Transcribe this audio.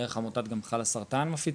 דרך עמותת חלאס סרטן,